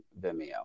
Vimeo